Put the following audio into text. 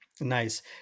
Nice